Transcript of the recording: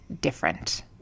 different